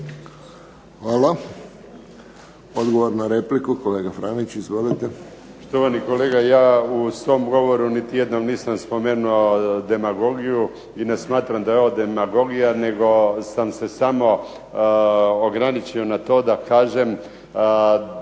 (HSS)** Odgovor na repliku, kolega Franić. Izvolite. **Franić, Zdenko (SDP)** Štovani kolega, ja u svom govoru niti jednom nisam spomenuo demagogiju i ne smatram da je ovo demagogija, nego sam se samo ograničio na to da kažem